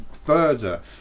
Further